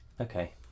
Okay